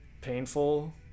painful